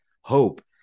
hope